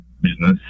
business